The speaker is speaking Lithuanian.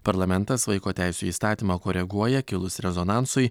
parlamentas vaiko teisių įstatymą koreguoja kilus rezonansui